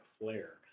flare